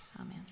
Amen